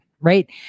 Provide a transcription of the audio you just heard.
right